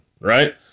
right